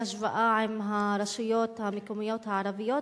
בהשוואה עם הרשויות המקומיות הערביות.